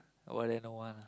oh then no one lah